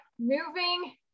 moving